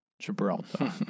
Gibraltar